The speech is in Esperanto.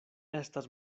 estas